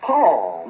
Paul